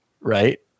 right